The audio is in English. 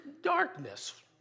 darkness